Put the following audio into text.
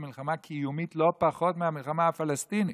מלחמה קיומית לא פחות מהמלחמה הפלסטינית.